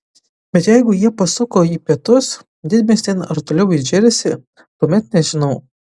bet jeigu jie pasuko į pietus didmiestin ar toliau į džersį tuomet nežinau